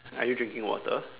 are you drinking water